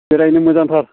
बेरायनो मोजांथार